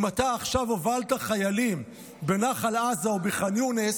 אם אתה עכשיו הובלת חיילים בנחל עזה או בח'אן יונס,